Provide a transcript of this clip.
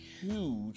huge